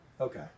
Okay